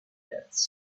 pits